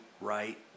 right